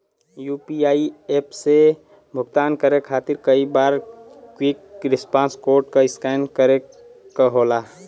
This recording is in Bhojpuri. यू.पी.आई एप से भुगतान करे खातिर कई बार क्विक रिस्पांस कोड क स्कैन करे क होला